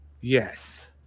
yes